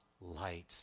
light